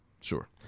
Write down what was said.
Sure